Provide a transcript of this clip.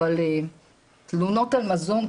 אבל תלונות על מזון,